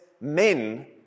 men